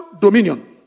dominion